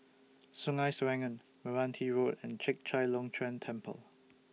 Sungei Serangoon Meranti Road and Chek Chai Long Chuen Temple